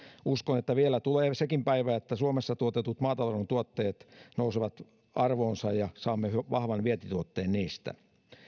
uskon että vielä tulee sekin päivä että suomessa tuotetut maatalouden tuotteet nousevat arvoonsa ja saamme vahvan vientituotteen niistä